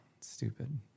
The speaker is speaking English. Stupid